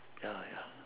ya ya